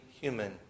human